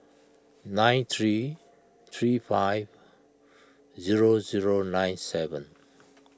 nine three three five zero zero nine seven